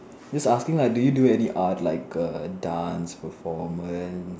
just asking lah do you do any art like err dance performance